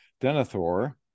Denethor